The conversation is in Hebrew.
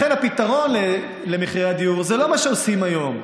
לכן הפתרון למחירי הדיור זה לא מה שעושים היום,